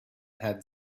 had